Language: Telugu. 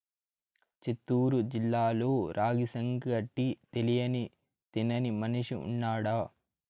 చిత్తూరు జిల్లాలో రాగి సంగటి తెలియని తినని మనిషి ఉన్నాడా